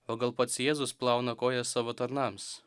o gal pats jėzus plauna kojas savo tarnams